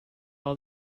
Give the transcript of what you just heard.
all